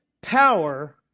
power